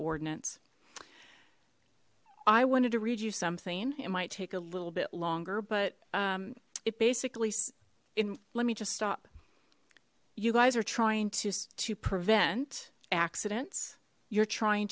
ordinance i wanted to read you something it might take a little bit longer but it basically in let me just stop you guys are trying to prevent accidents you're trying